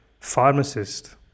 pharmacist